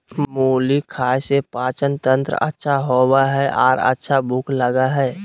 मुली खाय से पाचनतंत्र अच्छा होबय हइ आर अच्छा भूख लगय हइ